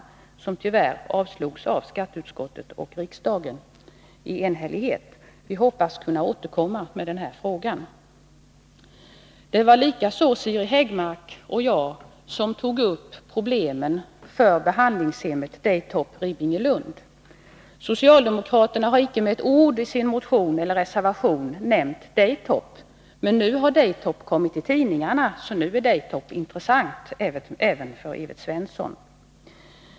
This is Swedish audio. Denna motion avstyrktes tyvärr av skatteutskottet och avslogs enhälligt av riksdagen. Vi hoppas kunna återkomma med denna fråga. Det var likaså Siri Häggmark som tillsammans med mig tog upp problemen för behandlingshemmet Daytop Ribbingelund. Socialdemokraterna har icke med ett ord nämnt Daytop i sin motion eller reservation. Men nu har tidningarna skrivit om Daytop, och då är Daytop intressant även för Evert Svensson.